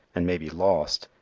and may be lost,